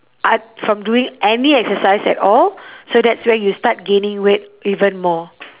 ot~ from doing any exercise at all so that's where you start gaining weight even more